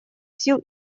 сил